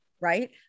right